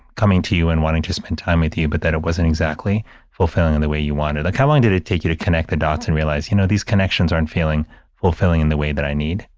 coming to you and wanting to spend time with you but that it wasn't exactly fulfilling in the way you wanted it? like how long did it take you to connect the dots and realize, you know, these connections are and feeling fulfilling in the way that i need?